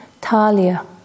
Talia